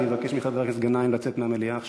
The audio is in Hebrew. אני מבקש מחבר הכנסת גנאים לצאת מהמליאה עכשיו.